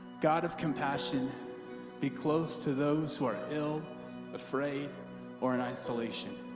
god of compassion be close to those who are ill afraid or in isolation